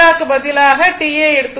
θ க்கு பதிலாக T யை எடுத்துக்கொள்வோம்